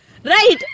Right